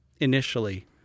initially